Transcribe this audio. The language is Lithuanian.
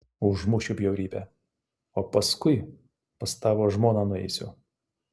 užmušiu bjaurybę o paskui pas tavo žmoną nueisiu